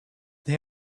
they